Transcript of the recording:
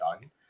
done